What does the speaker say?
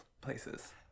places